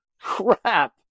crap